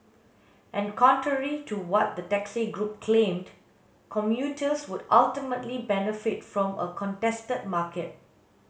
and contrary to what the taxi group claimed commuters would ultimately benefit from a contested market